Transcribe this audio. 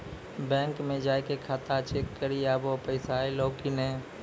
bank मे जाय के खाता चेक करी आभो पैसा अयलौं कि नै